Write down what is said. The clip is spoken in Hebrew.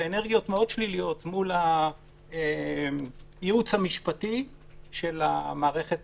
ואנרגיות מאוד שליליות מול הייעוץ המשפטי של מערכת